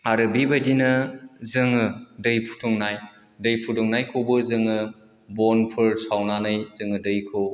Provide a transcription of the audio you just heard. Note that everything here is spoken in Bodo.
आरो बेबायदिनो जोङो दै फुदुंनाय दै फुदुंनायखौबो जोङो बनफोर सावनानै जोङो दैखौ